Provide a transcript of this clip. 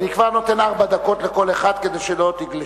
אני כבר נותן ארבע דקות לכל אחד, כדי שלא תגלשו.